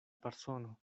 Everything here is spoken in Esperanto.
persono